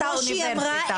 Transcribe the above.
כמו שהיא אמרה,